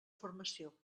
formació